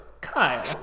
Kyle